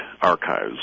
archives